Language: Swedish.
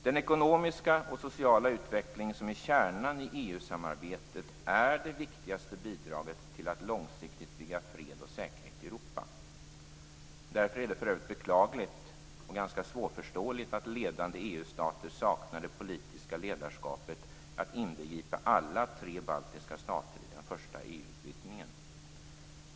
Den ekonomiska och sociala utveckling som är kärnan i EU-samarbetet är det viktigaste bidraget till att långsiktigt bygga fred och säkerhet i Europa. Därför är det beklagligt och ganska svårförståeligt att ledande EU-stater saknar det politiska ledarskapet att inbegripa alla tre baltiska stater i den första EU utvidgningen.